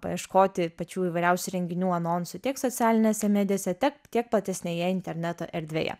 paieškoti pačių įvairiausių renginių anonsų tiek socialinėse medijose tiek kiek platesnėje interneto erdvėje